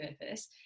purpose